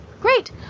great